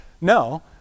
no